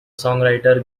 songwriter